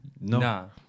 No